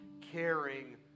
caring